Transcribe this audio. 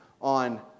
on